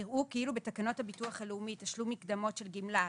יראו כאילו בתקנות הביטוח הלאומי (תשלום מקדמות של גימלה),